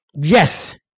yes